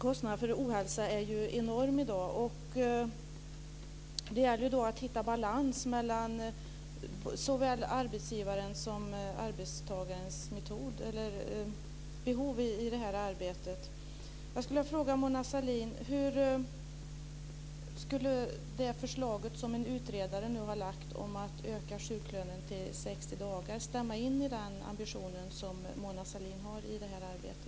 Kostnaden för ohälsa är ju enorm i dag. Det gäller då att hitta balans mellan arbetsgivarens och arbetstagarens behov i detta arbete. Jag skulle vilja fråga Mona Sahlin: Hur skulle det förslag som en utredare nu har lagt fram om att öka sjuklönen till 60 dagar stämma in i den ambition som Mona Sahlin har i detta arbete?